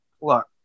look